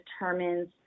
determines